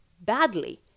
badly